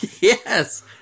Yes